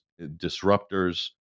disruptors